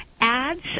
ads